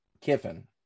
Kiffin